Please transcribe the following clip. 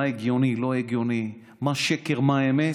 מה הגיוני ומה לא הגיוני, מה שקר ומה אמת,